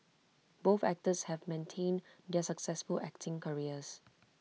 both actors have maintained their successful acting careers